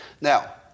Now